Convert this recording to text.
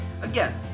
Again